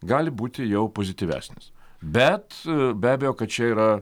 gali būti jau pozityvesnis bet be abejo kad čia yra